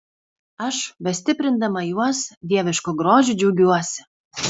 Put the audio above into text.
aš bestiprindamas juos dievišku grožiu džiaugiuosi